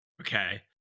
okay